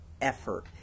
effort